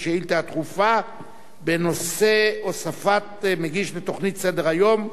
השאילתא הדחופה בנושא: הוספת מגיש בתוכנית "סדר יום".